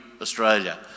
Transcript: Australia